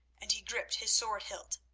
and he gripped his sword-hilt.